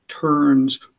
turns